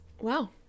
wow